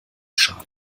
schaden